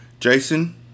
Jason